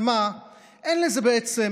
אף אחד לא יודע.